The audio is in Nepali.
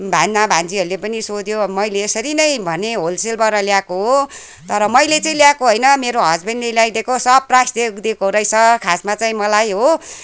भान्जा भान्जीहरूले पनि सोध्यो मैले यसरी नै भनेँ होलसेलबाट ल्याएको हो तर मैले चाहिँ ल्याएको होइन मेरो हसबेन्डले ल्याइदिएको सरप्राइज दिएको रहेछ खासमा चाहिँ मलाई हो